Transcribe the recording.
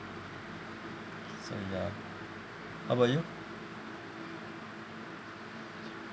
so ya how about you